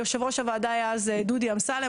יושב-ראש הוועדה היה אז דודי אמסלם,